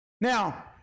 Now